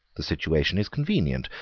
the situation is convenient.